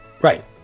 Right